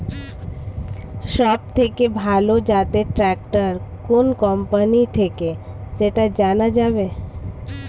সবথেকে ভালো জাতের ট্রাক্টর কোন কোম্পানি থেকে সেটা জানা যাবে?